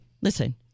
listen